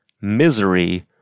misery